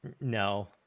no